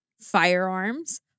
firearms